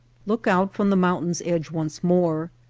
look out from the mountain's edge once more.